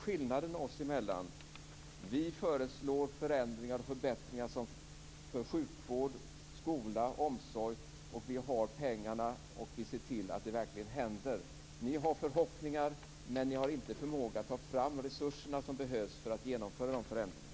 Skillnaden oss emellan är att vi föreslår förändringar och förbättringar i sjukvård, skola och omsorg. Vi har pengarna, och vi ser till att det verkligen sker förändringar. Ni har förhoppningar, men ni har inte förmåga att ta fram de resurser som behövs för att genomföra förändringarna.